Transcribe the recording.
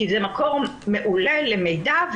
כי זה מקור מעולה למידע.